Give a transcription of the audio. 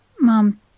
Mom